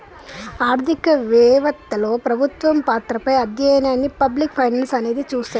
ఆర్థిక వెవత్తలో ప్రభుత్వ పాత్రపై అధ్యయనాన్ని పబ్లిక్ ఫైనాన్స్ అనేది చూస్తది